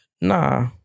nah